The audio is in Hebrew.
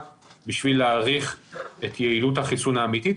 בשביל להעריך את יעילות החיסון האמיתית,